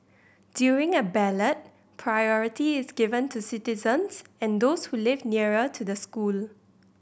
during a ballot priority is given to citizens and those who live nearer to the school